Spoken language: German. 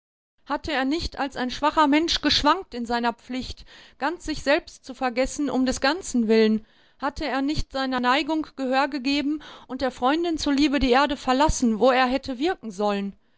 hatte er nicht als ein schwacher mensch geschwankt in seiner pflicht ganz sich selbst zu vergessen um des ganzen willen hatte er nicht seiner neigung gehör gegeben und der freundin zuliebe die erde verlassen wo er hätte wirken sollen